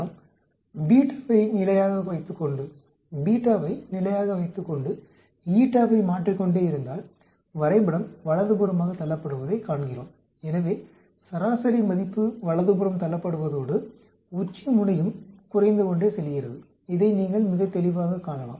நாம் ஐ நிலையாக வைத்துக்கொண்டு ஐ மாற்றிக் கொண்டே இருந்தால் வரைபடம் வலதுபுறமாகத் தள்ளப்படுவதைக் காண்கிறோம் எனவே சராசரி மதிப்பு வலதுபுறம் தள்ளப்படுவதோடு உச்சிமுனையும் குறைந்து கொண்டே செல்கிறது இதை நீங்கள் மிகத் தெளிவாக காணலாம்